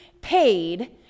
paid